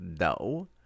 no